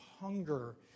hunger